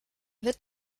wird